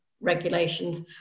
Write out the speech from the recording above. regulations